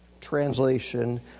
translation